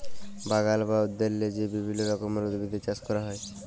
বাগাল বা উদ্যালে যে বিভিল্য রকমের উদ্ভিদের চাস ক্যরা হ্যয়